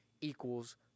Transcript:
equals